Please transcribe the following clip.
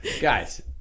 Guys